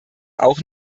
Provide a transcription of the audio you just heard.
auch